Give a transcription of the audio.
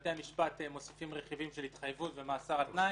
בתי המשפט מוסיפים רכיבים של התחייבות ושל מאסר על-תנאי,